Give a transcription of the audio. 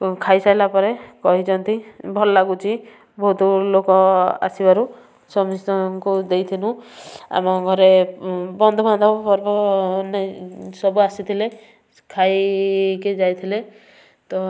ଖାଇସାରିଲା ପରେ କହିଛନ୍ତି ଭଲ ଲାଗୁଛି ବହୁତ ଲୋକ ଆସିବାରୁ ସମସ୍ତଙ୍କୁ ଦେଇଥିଲୁ ଆମ ଘରେ ବନ୍ଧୁବାନ୍ଧବ ପର୍ବ ନାଇଁ ସବୁ ଆସିଥିଲେ ଖାଇକି ଯାଇଥିଲେ ତ